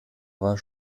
war